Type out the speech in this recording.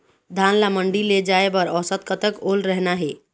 धान ला मंडी ले जाय बर औसत कतक ओल रहना हे?